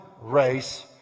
race